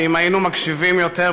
שאם היינו מקשיבים יותר,